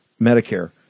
Medicare